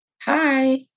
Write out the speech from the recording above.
hi